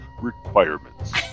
requirements